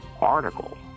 article